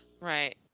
Right